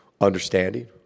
understanding